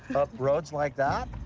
up roads like that?